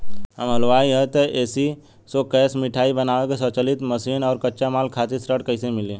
हम हलुवाई हईं त ए.सी शो कैशमिठाई बनावे के स्वचालित मशीन और कच्चा माल खातिर ऋण कइसे मिली?